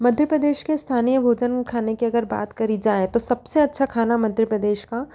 मध्य प्रदेश के स्थानीय भोजन खाने के अगर बात करी जाए तो सबसे अच्छा खाना मध्य प्रदेश का